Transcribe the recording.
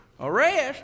Arrest